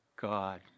God